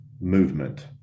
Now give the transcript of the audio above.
movement